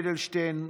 יולי אדלשטיין,